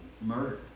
murder